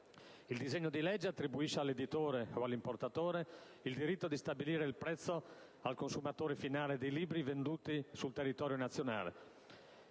Il disegno di legge attribuisce all'editore o all'importatore il diritto di stabilire il prezzo al consumatore finale dei libri venduti sul territorio nazionale.